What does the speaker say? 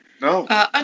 No